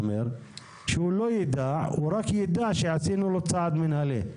שהוא לא ידע, אלא רק ידע שעשינו לו צעד מינהלי.